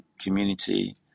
Community